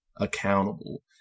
accountable